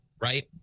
right